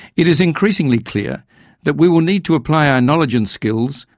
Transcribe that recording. it is increasingly clear that we will need to apply our knowledge and skills,